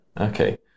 Okay